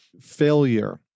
failure